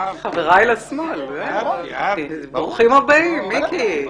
"חבריי לשמאל" ברוכים הבאים, מיקי.